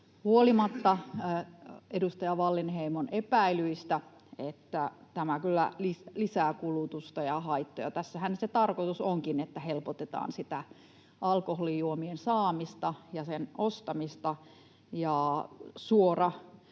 Huolimatta edustaja Wallinheimon epäilyistä tämä kyllä lisää kulutusta ja haittoja. Tässähän se tarkoitus onkin, että helpotetaan sitä alkoholijuomien saamista ja ostamista,